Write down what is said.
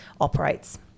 operates